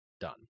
done